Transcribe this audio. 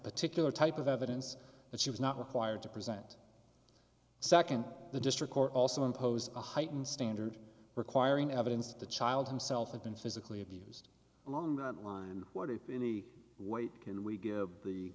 particular type of evidence that she was not required to present second the district court also imposed a heightened standard requiring evidence that the child himself had been physically abused along that line and what if any weight can we give the